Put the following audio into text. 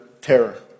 terror